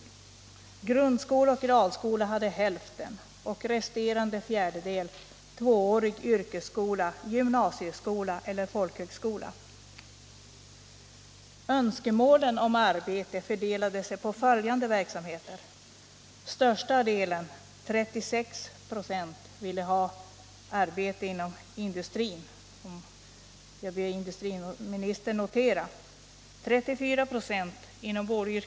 Grundskola och realskola hade hälften, och resterande fjärdedel hade tvåårig yrkesskola, gymnasieskola eller folkhögskola. Önskemålen om arbete fördelade sig på följande verksamheter: Största delen, 36 96, ville ha arbete inom industrin. Det ber jag industriministern notera. 34 96 ville ha arbete inom vårdyrken.